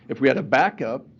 if we had a backup,